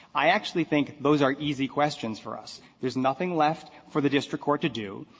i actually think those are easy questions for us. there's nothing left for the district court to do.